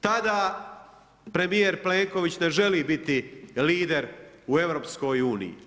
Tada premijer Plenković ne želi biti lider u EU.